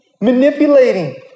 manipulating